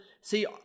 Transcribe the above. see